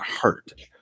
hurt